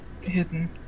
hidden